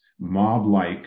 mob-like